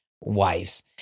wives